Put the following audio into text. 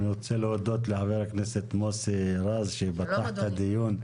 אני רוצה להודות לחבר הכנסת מוסי רז שפתח את הדיון.